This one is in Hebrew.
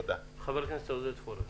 חבר הכנסת עורר פורר.